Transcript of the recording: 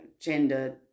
gender